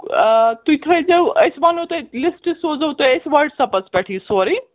آ تُہۍ تھٲوِزیٚو أسۍ وَنہو تۄہہِ لِسٹہٕ سوٗزو تُہۍ أسۍ وَٹٕس ایپس پٮ۪ٹھٕ یہِ سورُے